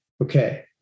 Okay